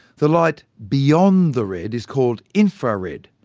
the light beyond the red is called infrared,